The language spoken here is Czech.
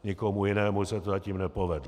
Nikomu jinému se to zatím nepovedlo.